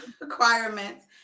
requirements